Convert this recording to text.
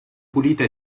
pulita